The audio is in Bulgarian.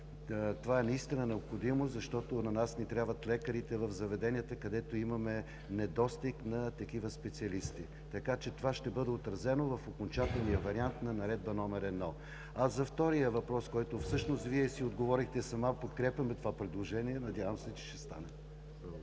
Това е необходимо, защото и на нас ни трябват лекарите в заведенията, където имаме недостиг от такива специалисти и това ще бъде отразено в окончателния вариант на Наредба № 1. На втория въпрос Вие си отговорихте сама – подкрепяме това предложение. Надявам се, че ще стане.